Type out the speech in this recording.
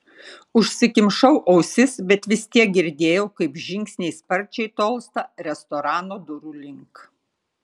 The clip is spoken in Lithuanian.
užsikimšau ausis bet vis tiek girdėjau kaip žingsniai sparčiai tolsta restorano durų link